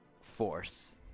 force